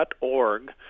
.org